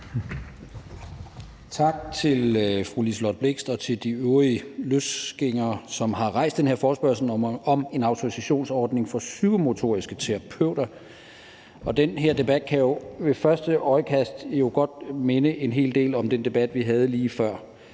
Tak til fru Liselott Blixt og til de øvrige løsgængere, som har rejst den her forespørgsel om en autorisationsordning for psykomotoriske terapeuter. Den her debat kan jo ved første øjekast godt minde en hel del om den debat, vi havde lige før.